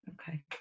Okay